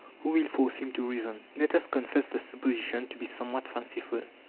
who will force him to reason? let us confess the supposition to be somewhat fanciful.